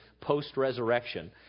post-resurrection